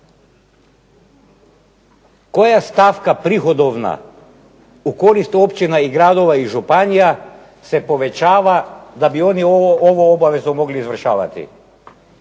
Koja stavka prihodovna u korist općina i gradova i županija se povećava da bi oni ovu obavezu mogli izvršavati.